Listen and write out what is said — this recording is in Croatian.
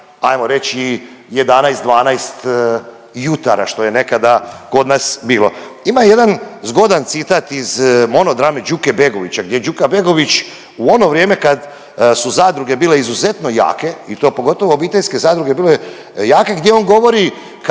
ajmo reći 11-12 jutara, što je nekada kod nas bilo. Ima jedan zgodan citat iz monodrame Đuke Begovića gdje je Đuka Begović u ono vrijeme kad su zadruge bile izuzetno jake i to pogotovo obiteljske zadruge bile jake, gdje on govori